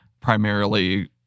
primarily